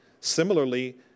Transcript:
Similarly